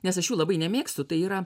nes aš jų labai nemėgstu tai yra